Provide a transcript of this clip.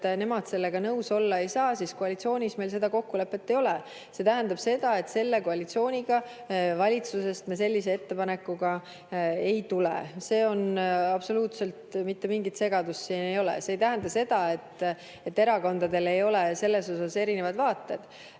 et nemad sellega nõus olla ei saa, siis koalitsioonis meil seda kokkulepet ei ole. See tähendab seda, et selle koalitsiooniga valitsusest me sellise ettepanekuga ei tule. Siin absoluutselt mitte mingit segadust ei ole. See ei tähenda seda, et erakondadel ei ole selles osas erinevad vaated.